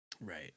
right